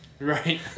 right